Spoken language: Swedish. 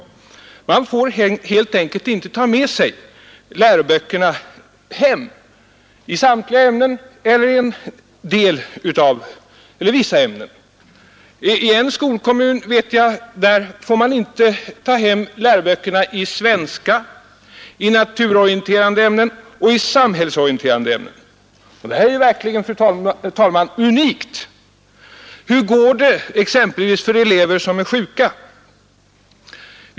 Eleverna får helt enkelt inte ta med sig läroböckerna hem. Det kan gälla samtliga ämnen eller vissa ämnen. I en skolkommun får man inte ta hem läroböckerna i svenska, i naturorienterande och i samhällsorienterande ämnen. Det är verkligen, fru talman, unikt. Hur går det exempelvis för elever som är sjuka?